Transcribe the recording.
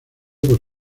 por